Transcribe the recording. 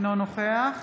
אינו נוכח